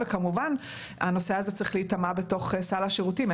וכמובן הנושא הזה צריך להיטמע בתוך סל השירותים.